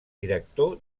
director